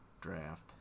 draft